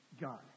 God